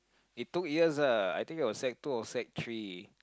it took years ah I think it was like sec two or sec three